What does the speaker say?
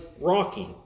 rocky